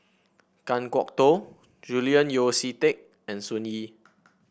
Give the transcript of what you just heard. Kan Kwok Toh Julian Yeo See Teck and Sun Yee